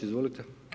Izvolite.